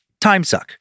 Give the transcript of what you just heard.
timesuck